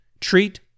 treat